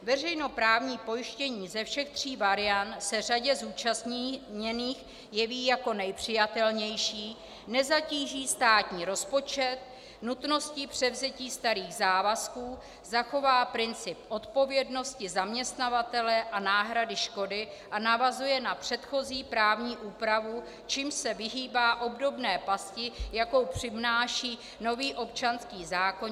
Veřejnoprávní pojištění ze všech tří variant se řadě zúčastněných jeví jako nejpřijatelnější, nezatíží státní rozpočet nutností převzetí starých závazků, zachová princip odpovědnosti zaměstnavatele a náhrady škody a navazuje na předchozí právní úpravu, čímž se vyhýbá obdobné pasti, jakou přináší nový občanský zákoník